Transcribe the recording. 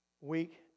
week